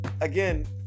again